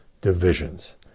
divisions